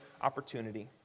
opportunity